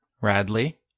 Radley